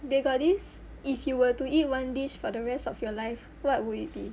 they got this if you were to eat one dish for the rest of your life what would it be